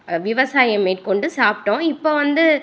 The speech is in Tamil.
விவசாயம் மேற்கொண்டு சாப்பிட்டோம் இப்போ வந்து